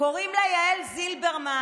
קוראים לה יעל זילברמן.